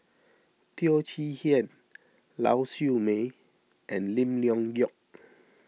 Teo Chee Hean Lau Siew Mei and Lim Leong Geok